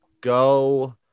go